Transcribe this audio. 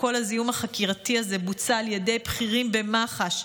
כל הזיהום החקירתי הזה בוצע על ידי בכירים במח"ש,